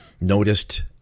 Noticed